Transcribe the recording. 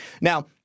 Now